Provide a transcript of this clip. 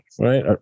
right